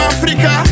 Africa